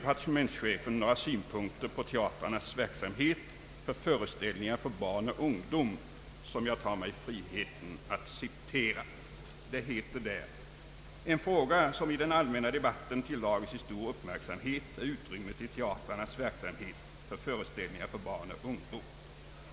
partementschefen några synpunkter på teatrarnas verksamhet beträffande föreställningar för barn och ungdom, som jag tar mig friheten att citera: ”En fråga som i den allmänna debatten tilldragit sig stor uppmärksamhet är utrymmet i teatrarnas verksamhet för föreställningar för barn och ungdom.